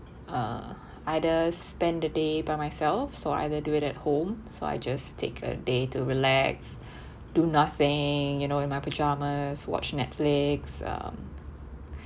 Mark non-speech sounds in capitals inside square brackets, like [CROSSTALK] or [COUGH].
uh either spend the day by myself so either do it at home so I just take a day to relax [BREATH] do nothing you know in my pajamas watch Netflix um